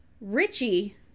Richie